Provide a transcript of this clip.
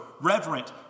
reverent